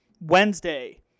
Wednesday